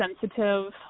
sensitive